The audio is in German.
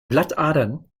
blattadern